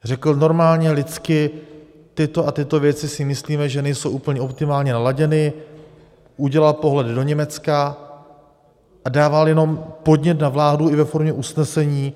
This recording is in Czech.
Řekl normálně lidsky, tyto a tyto věci si myslíme, že nejsou úplně optimálně naladěny, udělal pohledy do Německa a dával jenom podnět na vládu i ve formě usnesení.